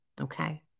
Okay